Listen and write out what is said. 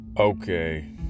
Okay